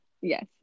Yes